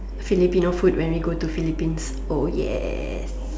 Filipino food when we go to Philippines oh yes